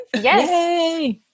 Yes